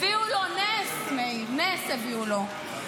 הביאו לו נס, מאיר, נס הביאו לו.